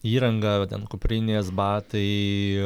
įranga ten kuprinės batai